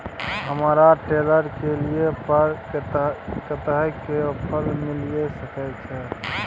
हमरा ट्रेलर के लिए पर कतेक के ऑफर मिलय सके छै?